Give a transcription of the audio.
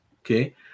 okay